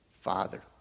Father